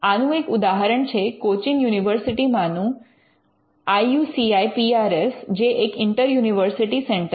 આનું એક ઉદાહરણ છે કોચીન યુનિવર્સિટીમાં નું I U C I P R S IUCIPRS જે એક ઇન્ટર યુનિવર્સિટિ સેન્ટર છે